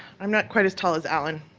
i'm not quite as tall as alan.